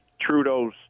Trudeau's